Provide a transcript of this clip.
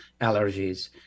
allergies